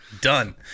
Done